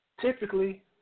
typically